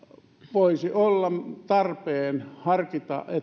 voisi olla tarpeen harkita